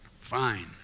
fine